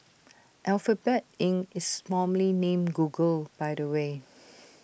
Alphabet Inc is formerly named Google by the way